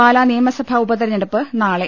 പാലാ നിയമസഭാ ഉപതെരഞ്ഞെടുപ്പ് നാളെ